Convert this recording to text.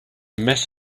mess